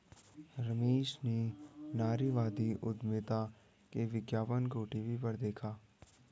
रमेश ने नारीवादी उधमिता के विज्ञापन को टीवी पर देखा